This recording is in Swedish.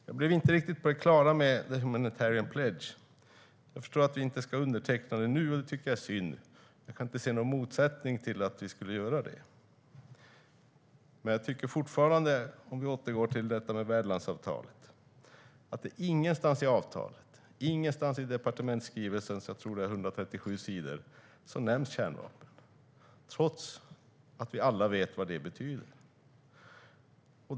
Det blev inte helt klart för mig när det gäller Humanitarian Pledge. Jag förstår att vi inte ska underteckna den nu. Det tycker jag är synd. Jag kan inte se någon anledning till att vi inte skulle göra det. Om vi återgår till värdlandsavtalet nämns kärnvapen fortfarande inte någonstans i avtalet, i departementsskrivelsens 157 sidor - som jag tror att det är - trots att vi alla vet vad det betyder.